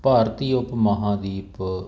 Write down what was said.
ਭਾਰਤੀ ਉਪ ਮਹਾਂਦੀਪ